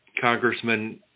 congressman